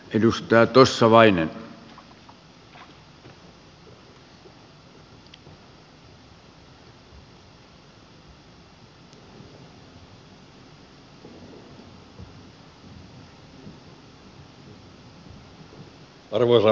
arvoisa herra puhemies